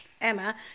emma